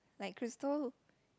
like Crystal